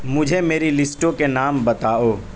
مجھے میری لیسٹوں کے نام بتاؤ